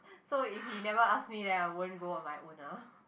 so if he never ask me then I won't go on my own ah